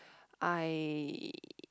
I